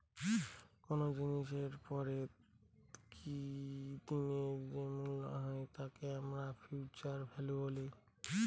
কোনো জিনিসের পরে কি দিনের যে মূল্য হয় তাকে আমরা ফিউচার ভ্যালু বলি